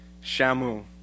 Shamu